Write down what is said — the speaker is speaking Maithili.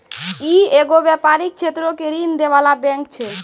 इ एगो व्यपारिक क्षेत्रो के ऋण दै बाला बैंक छै